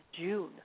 June